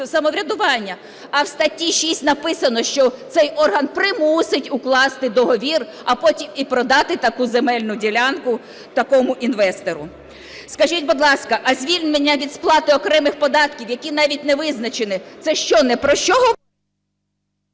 самоврядування? А в статті 6 написано, що цей орган примусить укласти договір, а потім і продати таку земельну ділянку такому інвестору. Скажіть, будь ласка, а звільнення від сплати окремих податків, які навіть не визначені, це що, ні про що…